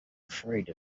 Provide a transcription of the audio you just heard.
afraid